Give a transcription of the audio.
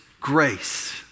grace